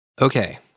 Okay